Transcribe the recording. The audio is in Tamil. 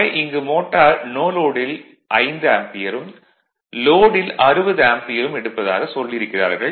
ஆக இங்கு மோட்டார் நோ லோடில் 5 ஆம்பியரும் லோடில் 60 ஆம்பியரும் எடுப்பதாக சொல்லி இருக்கிறார்கள்